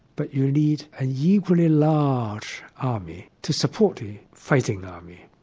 but you need an equally large army to support the fighting army.